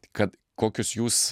kad kokius jūs